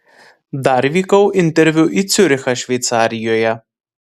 dar vykau interviu į ciurichą šveicarijoje